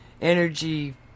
energy